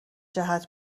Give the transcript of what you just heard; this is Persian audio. جهت